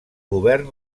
govern